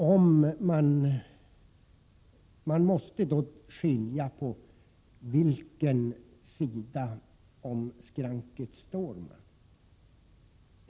Herr talman! Man måste vara klar över på vilken sida om skranket man står.